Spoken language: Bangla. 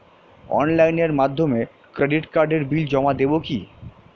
অনলাইনের মাধ্যমে ক্রেডিট কার্ডের বিল জমা দেবো কি?